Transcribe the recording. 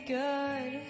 good